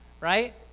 right